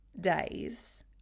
days